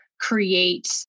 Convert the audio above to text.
create